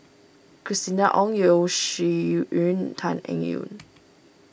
Christina Ong Yeo Shih Yun Tan Eng Yoon